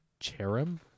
cherim